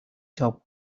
top